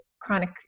chronic